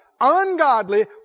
ungodly